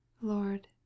Lord